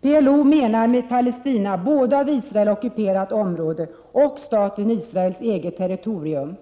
PLO menar med Palestina både av Israel ockuperat område och staten Israels eget territorium.